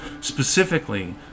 Specifically